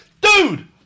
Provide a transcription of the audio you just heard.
Dude